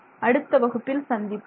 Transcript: அடுத்த வகுப்பில் சந்திப்போம்